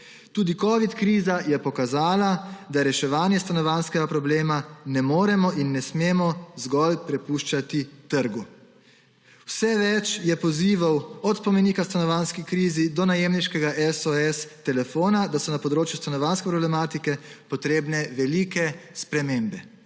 Tudi covid kriza je pokazala, da reševanja stanovanjskega problema ne moremo in ne smemo zgolj prepuščati trgu. Vse več je pozivov, od spomenika stanovanjski krizi do Najemniškega SOS, da so na področju stanovanjske problematike potrebne velike spremembe.